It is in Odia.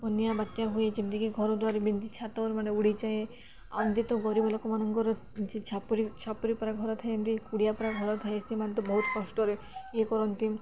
ବନ୍ୟା ବାତ୍ୟା ହୁଏ ଯେମିତିକି ଘରଦ୍ୱାର ବିନ୍ଧି ଛାତ ମାନେ ଉଡ଼ିଯାଏ ଆମିତି ତ ଗରିବ ଲୋକମାନଙ୍କର ଛାପ ଛପରି ପା ଘର ଥାଏ ଯେମିତି କୁଡ଼ିଆ ପ ଘର ଥାଏ ସେମାନେ ତ ବହୁତ କଷ୍ଟରେ ଇଏ କରନ୍ତି